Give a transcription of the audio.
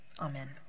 Amen